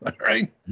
right